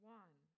one